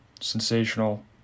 sensational